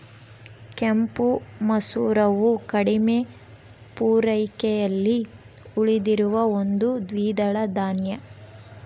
ಕೆಂಪು ಮಸೂರವು ಕಡಿಮೆ ಪೂರೈಕೆಯಲ್ಲಿ ಉಳಿದಿರುವ ಒಂದು ದ್ವಿದಳ ಧಾನ್ಯ